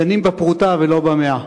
דנים בפרוטה ולא במאה.